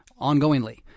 ongoingly